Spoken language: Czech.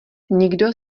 nikdo